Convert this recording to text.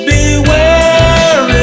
Beware